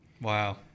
wow